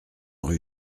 rue